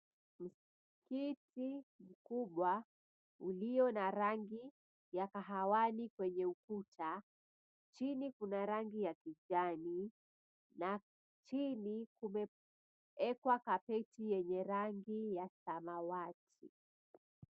Msikiti mkubwa ulio na rangi ya kahawani kwenye ukuta, chini kuna rangi ya kijani na chini kumewekwa carpet yenye rangi ya samawati.